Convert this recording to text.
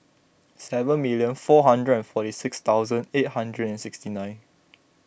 seven million four hundred and forty six thousand eight hundred and sixty nine